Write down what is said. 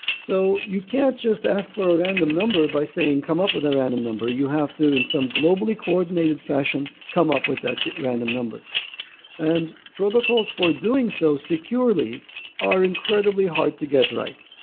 so you can't just ask for a random number by saying come up with a random number. you have to in some globally coordinated fashion come up with that random number and protocols for doing so securely are incredibly hard to get right.